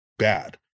bad